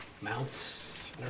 mounts